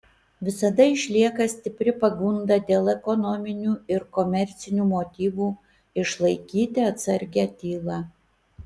visada išlieka stipri pagunda dėl ekonominių ir komercinių motyvų išlaikyti atsargią tylą